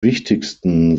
wichtigsten